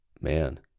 Man